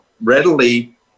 readily